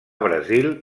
brasil